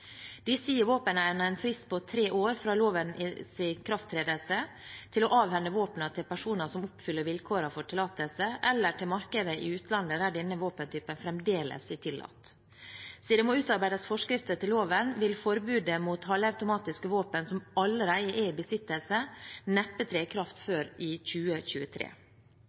en frist på tre år fra lovens ikrafttredelse til å avhende våpnene til personer som oppfyller vilkårene for tillatelse, eller til markedet i utlandet der denne våpentypen fremdeles er tillatt. Siden det må utarbeides forskrifter til loven, vil forbudet mot halvautomatiske våpen som allerede er i besittelse, neppe tre i kraft før i 2023.